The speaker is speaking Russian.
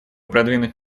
продвинуть